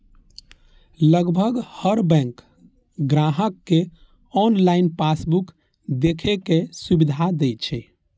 लगभग हर बैंक ग्राहक कें ऑनलाइन पासबुक देखै के सुविधा दै छै